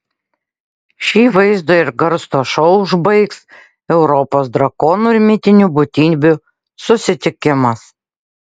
šį vaizdo ir garso šou užbaigs europos drakonų ir mitinių būtybių susitikimas